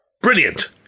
Brilliant